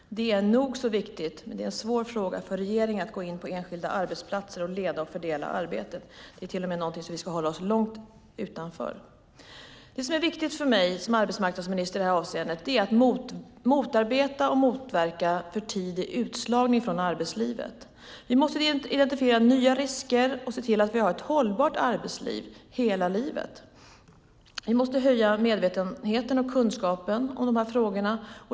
Det är nog så viktigt, men det är en svår fråga för regeringen att gå in på enskilda arbetsplatser och leda och fördela arbetet. Det är till och med något som vi ska hålla oss utanför. För mig som arbetsmarknadsminister är det viktigt att motarbeta och motverka för tidig utslagning från arbetslivet. Vi måste identifiera nya risker och se till att vi har ett hållbart arbetsliv hela livet. Vi måste höja medvetenheten och kunskapen om de här frågorna.